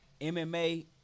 MMA